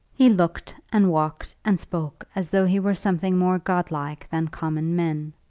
he looked and walked and spoke as though he were something more godlike than common men.